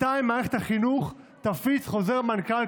מתי מערכת החינוך תפיץ חוזר מנכ"ל,